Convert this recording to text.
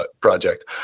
Project